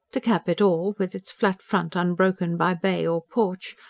to cap it all, with its flat front unbroken by bay or porch,